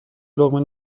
لقمه